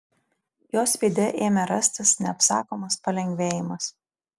jos veide ėmė rastis neapsakomas palengvėjimas